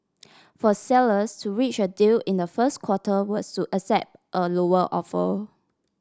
for sellers to reach a deal in the first quarter was to accept a lower offer